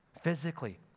physically